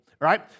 right